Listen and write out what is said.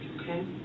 Okay